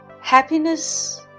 Happiness